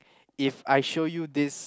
if I show you this